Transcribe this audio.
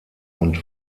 und